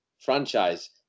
franchise